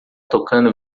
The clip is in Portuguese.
tocando